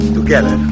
Together